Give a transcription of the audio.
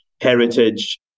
heritage